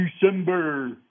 December